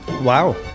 Wow